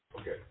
Okay